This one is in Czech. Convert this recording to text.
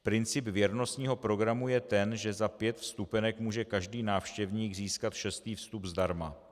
Princip věrnostního programu je ten, že za pět vstupenek může každý návštěvník získat šestý vstup zdarma.